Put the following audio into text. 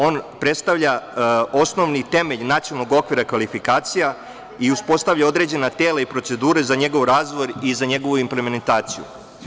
On predstavlja osnovni temelj nacionalnog okvira kvalifikacija i uspostavlja određena tela i procedure za njegov razvoj i za njegovu implementaciju.